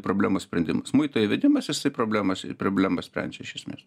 problemų sprendimas muito įvedimas jisai problemas problemas sprendžia iš esmės